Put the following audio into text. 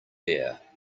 there